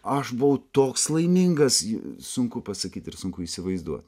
aš buvau toks laimingas je sunku pasakyt ir sunku įsivaizduot